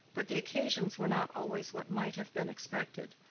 but the occasions were not always what might have been expected.